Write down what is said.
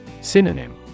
Synonym